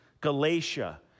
Galatia